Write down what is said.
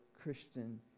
Christian